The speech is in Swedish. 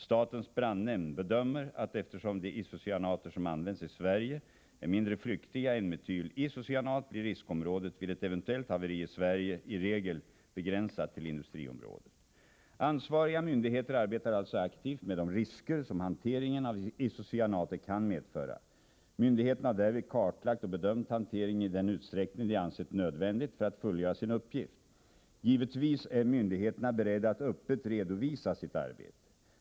Statens brandnämnd bedömer att eftersom de isocyanater som används i Sverige är mindre flyktiga än metylisocyanat blir riskområdet vid ett eventuellt haveri i Sverige i regel begränsat till industriområdet. Ansvariga myndigheter arbetar alltså aktivt med de risker som hanteringen av isocyanater kan medföra. Myndigheterna har därvid kartlagt och bedömt hanteringen i den utsträckning de ansett nödvändigt för att fullgöra sin uppgift. Givetvis är myndigheterna beredda att öppet redovisa sitt arbete.